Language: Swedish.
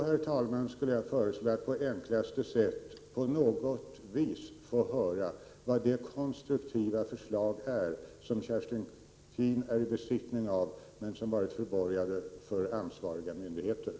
Herr talman! Jag skulle vilja höra de konstruktiva förslag som Kerstin Keen är i besittning av men som tydligen är förborgade för ansvariga myndigheter.